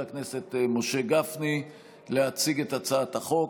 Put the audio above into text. הכנסת משה גפני להציג את הצעת החוק.